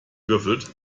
würfelt